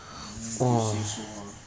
ah if you say so lah